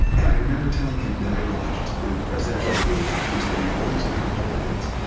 and i remember telling him that i watched the presidential debates when he was standing with all these other republicans,